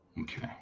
Okay